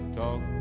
talk